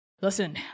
Listen